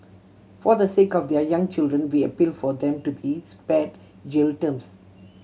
for the sake of their young children we appeal for them to be spared jail terms